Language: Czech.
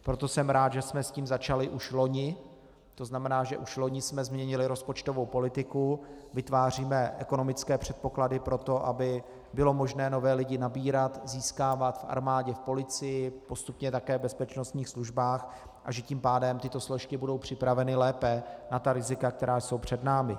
Proto jsem rád, že jsme s tím začali už loni, tzn. už loni jsme změnili rozpočtovou politiku, vytváříme ekonomické předpoklady pro to, aby bylo možné nové lidi nabírat, získávat v armádě, v policii, postupně také v bezpečnostních službách, a že tím pádem tyto složky budou připraveny lépe na ta rizika, která jsou před námi.